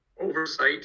oversight